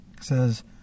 says